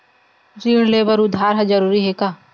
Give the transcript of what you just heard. ऋण ले बर आधार ह जरूरी हे का?